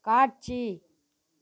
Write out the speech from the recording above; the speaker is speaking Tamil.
காட்சி